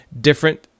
different